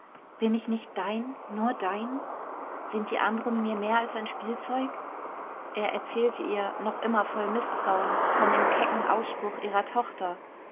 bin ich nicht dein nur dein sind die anderen mir mehr als ein spielzeug er erzählte ihr noch immer voll mißtrauen von dem kecken ausspruch ihrer tochter